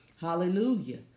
hallelujah